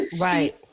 Right